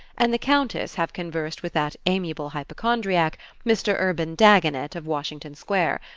and the countess have conversed with that amiable hypochondriac, mr. urban dagonet of washington square,